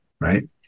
right